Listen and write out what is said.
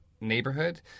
neighborhood